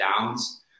downs